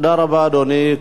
תודה רבה, אדוני.